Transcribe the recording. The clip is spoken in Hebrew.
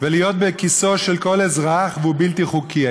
ולהיות בכיסו של כל אזרח והוא בלתי חוקי,